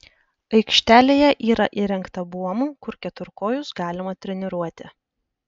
aikštelėje yra įrengta buomų kur keturkojus galima treniruoti